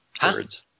Birds